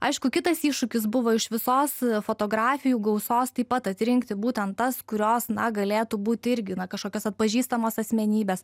aišku kitas iššūkis buvo iš visos fotografijų gausos taip pat atrinkti būtent tas kurios na galėtų būt irgi na kažkokios atpažįstamos asmenybės